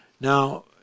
Now